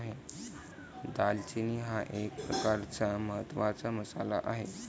दालचिनी हा एक प्रकारचा महत्त्वाचा मसाला आहे